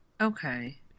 Okay